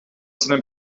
seinen